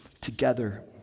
together